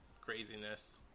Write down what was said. craziness